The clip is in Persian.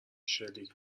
شلیک